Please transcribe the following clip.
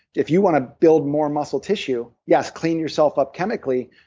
if you want to build more muscle tissue, yes, clean yourself up chemically,